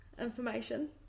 information